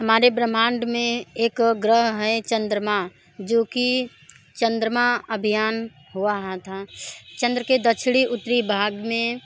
हमारे ब्रह्मांड में एक ग्रह है चंद्रमा जो कि चंद्रमा अभियान हुआ हाँ था चंद्र के दक्षिणी उत्तरी भाग में